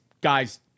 guys